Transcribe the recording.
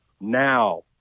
now